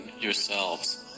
yourselves